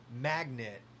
magnet